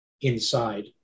inside